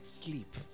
sleep